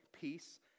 peace